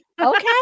okay